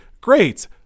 Great